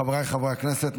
חבריי חברי הכנסת,